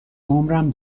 عمرم